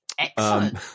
Excellent